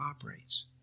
operates